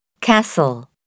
castle